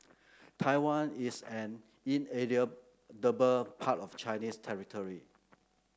Taiwan is an inalienable part of Chinese territory